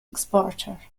exporter